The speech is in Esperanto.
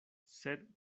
sed